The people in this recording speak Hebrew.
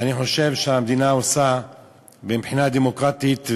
אני חושב שהמדינה עושה מבחינה דמוקרטית,